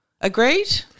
Agreed